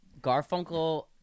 garfunkel